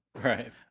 Right